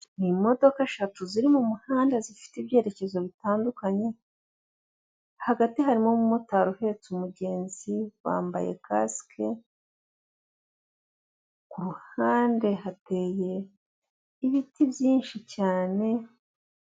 Ni imodoka eshatu ziri mumuhanda zifite ibyerekezo bitandukanye, hagati harimo umumotari uhetse umugenzi bambaye kasike, kuruhande hateye ibiti byinshi cyane.